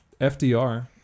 FDR